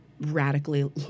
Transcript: radically